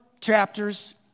chapters